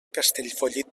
castellfollit